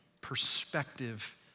perspective